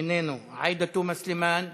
איננו, עאידה תומא סלימאן,